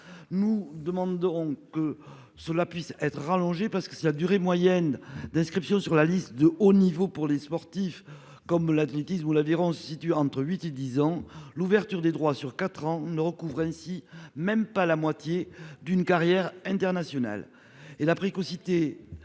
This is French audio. Nous souhaitons que cette durée soit allongée. En effet, la durée moyenne d'inscription sur la liste de haut niveau, pour des sports comme l'athlétisme et l'aviron, se situant entre huit et dix ans, l'ouverture des droits sur quatre ans ne recouvre ainsi même pas la moitié d'une carrière internationale. Par